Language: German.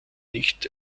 nicht